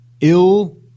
ill